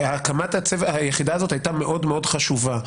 הקמת היחידה הזאת הייתה מאוד מאוד חשובה.